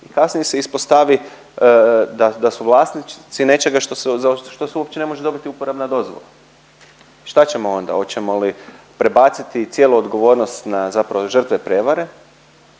Kasnije se ispostavi da su vlasnici nečega za što se uopće ne može dobiti uporabna dozvola. Šta ćemo onda? Hoćemo li prebaciti cijelu odgovornost na zapravo žrtve prijevare,